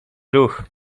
ruch